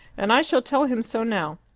and i shall tell him so now.